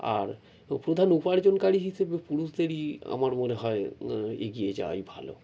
আর প্রধান উপার্জনকারী হিসেবে পুরুষদেরই আমার মনে হয় এগিয়ে যাওয়াই ভালো